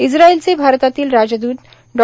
इस्त्रायलचे भारतातील राजद्रत डॉ